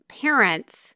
parents